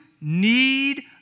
need